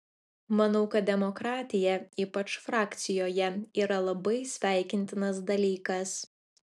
manau kad demokratija ypač frakcijoje yra labai sveikintinas dalykas